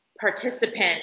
participant